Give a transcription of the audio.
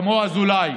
כמו אזולאי,